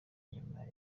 nyuma